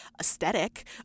aesthetic